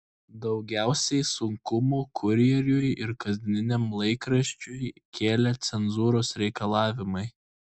daugiausiai sunkumų kurjeriui ir kasdieniniam laikraščiui kėlė cenzūros reikalavimai